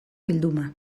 bilduma